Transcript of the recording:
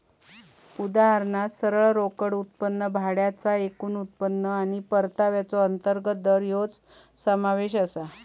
उदाहरणात सरळ रोकड उत्पन्न, भाड्याचा एकूण उत्पन्न आणि परताव्याचो अंतर्गत दर हेंचो समावेश आसा